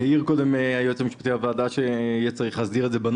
העיר קודם היועץ המשפטי לוועדה שיהיה צריך להסדיר את זה בנוסח.